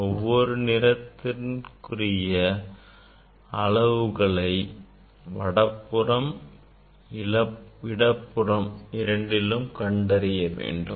எனவே ஒவ்வொரு நிறத்திற்குரிய அளவுகளை வலப்புறம் இடப்புறம் இரண்டிலும் கண்டறிய வேண்டும்